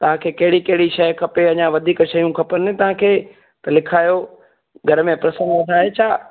तव्हांखे कहिड़ी कहिड़ी शइ खपे अञा वधीक शयूं खपनि तव्हांखे त लिखायो घर में प्रसंग आहे छा